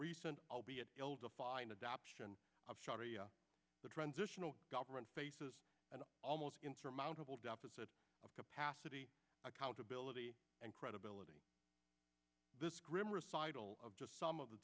recent albeit build a fire and adoption of sharia the transitional government faces an almost insurmountable deficit of capacity accountability and credibility this grim recital of just some of the